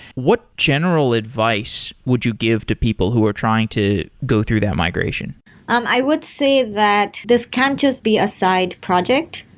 what general advice would you give to people who are trying to go through that migration? um i would say that this can't just be a side project.